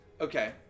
Okay